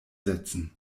setzen